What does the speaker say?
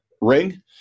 ring